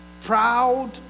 proud